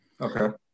Okay